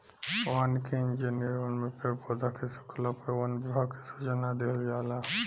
वानिकी इंजिनियर वन में पेड़ पौधा के सुखला पर वन विभाग के सूचना दिहल जाला